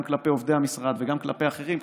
גם אל עובדי המשרד וגם לאחרים,